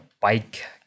bike